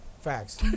Facts